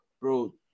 bro